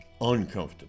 uncomfortable